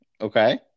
okay